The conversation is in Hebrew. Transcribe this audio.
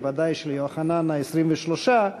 וודאי ליוחנן ה-23,